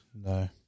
No